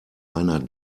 einer